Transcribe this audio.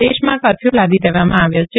દેશમાં કર્ફથુ લાદી દેવામાં આવ્યો છે